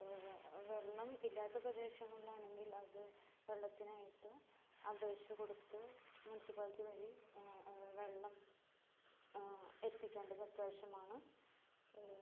വെള്ളമില്ലാത്ത പ്രദേശങ്ങളാണെങ്കിലത് വെള്ളത്തിനായിട്ട് അപേക്ഷ കൊടുത്ത് മുനിസിപ്പാലിറ്റി വഴി വെള്ളം എത്തിക്കേണ്ടത് അത്യാവശ്യമാണ്